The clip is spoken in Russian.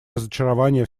разочарование